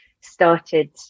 started